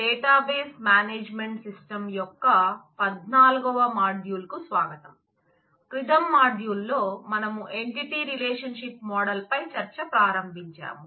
database management system పై చర్చ ప్రారంభించాము